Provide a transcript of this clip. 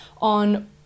on